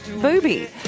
Booby